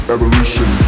Evolution